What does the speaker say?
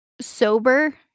sober